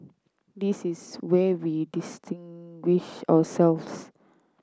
this is where we distinguish ourselves